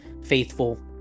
faithful